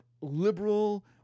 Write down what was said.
liberal